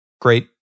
great